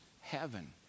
heaven